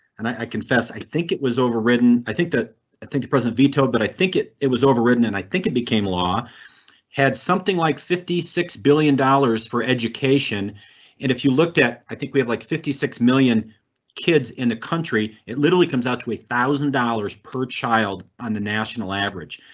and i i confess, i think it was overridden. i think that i think the president vetoed, but i think it it was overwritten and i think it became law had something like fifty six billion dollars for education. and if you looked at, at, i think we have like fifty six million kids in the country. it literally comes out to one thousand dollars per child on the national average.